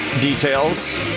details